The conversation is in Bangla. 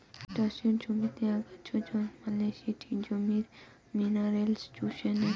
চাষের জমিতে আগাছা জন্মালে সেটি জমির মিনারেলস চুষে নেই